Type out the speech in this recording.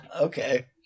Okay